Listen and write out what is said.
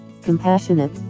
compassionate